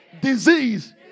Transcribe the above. disease